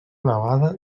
elevada